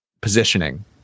positioning